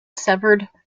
severed